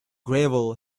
gravel